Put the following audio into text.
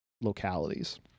localities